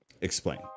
Explain